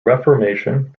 reformation